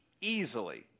easily